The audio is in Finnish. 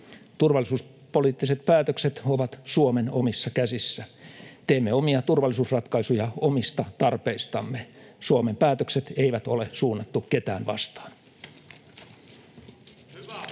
Turvallisuuspoliittiset päätökset ovat Suomen omissa käsissä. Teemme omia turvallisuusratkaisuja omista tarpeistamme. Suomen päätökset eivät ole suunnattu ketään vastaan.